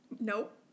Nope